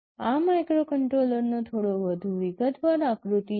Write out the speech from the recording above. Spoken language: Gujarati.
આ માઇક્રોકન્ટ્રોલરનો થોડો વધુ વિગતવાર આકૃતિ છે